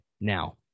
Now